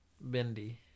Bendy